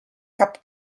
cap